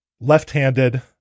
Left-handed